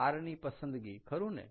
r ની પસંદગી ખરું ને